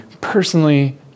personally